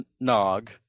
Nog